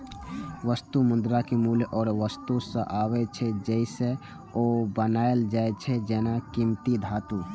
वस्तु मुद्राक मूल्य ओइ वस्तु सं आबै छै, जइसे ओ बनायल जाइ छै, जेना कीमती धातु